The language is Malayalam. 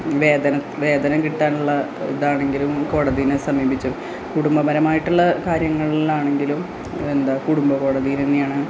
വേതനം വേതനം കിട്ടാനുള്ള ഇതാണെങ്കിലും കോടതീനെ സമീപിച്ചു കുടുംബപരമായിട്ടുള്ള കാര്യങ്ങളിലാണെങ്കിലും എന്താണ് കുടുംബ കോടതിയില് തന്നെയാണ്